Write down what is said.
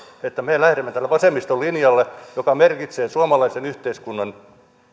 että me lähdemme tälle vasemmiston linjalle joka merkitsee suomalaisen yhteiskunnan